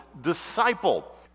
disciple